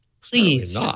Please